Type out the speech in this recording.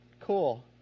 Cool